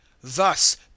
THUS